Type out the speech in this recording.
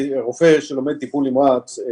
רופא שלומד טיפול נמרץ,